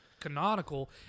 Canonical